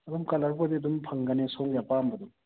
ꯑꯗꯨꯝ ꯀꯂꯔꯕꯨꯗꯤ ꯑꯗꯨꯝ ꯐꯪꯒꯅꯤ ꯁꯣꯝꯒꯤ ꯑꯄꯥꯝꯕꯗꯣ